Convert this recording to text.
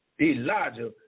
Elijah